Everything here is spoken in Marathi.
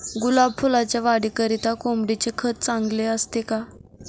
गुलाब फुलाच्या वाढीकरिता कोंबडीचे खत चांगले असते का?